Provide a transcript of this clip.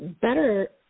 better